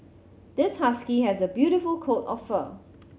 this husky has a beautiful coat of fur